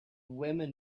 women